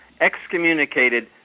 excommunicated